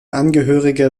angehörige